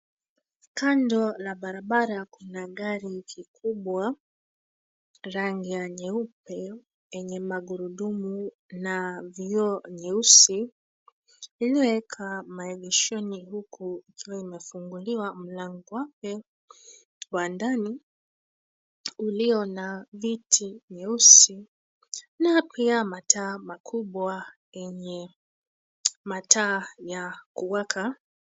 Kando la barabara, kuna gari kikubwa, rangi ya nyeupe yenye magurudumu na vioo nyeusi iliyoeka maegeshoni huku ikiwa imefunguliwa mlango wake wa ndani, ulio na viti vyeusi na huku ya mataa makubwa ,yenye mataa ya kuwaka.